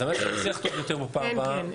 אז על מנת שנצליח טוב יותר בפעם הבאה,